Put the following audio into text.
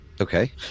Okay